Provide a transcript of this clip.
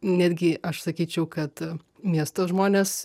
netgi aš sakyčiau kad miesto žmonės